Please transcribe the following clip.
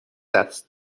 است